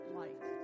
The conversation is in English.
light